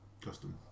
custom